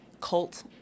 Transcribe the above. cult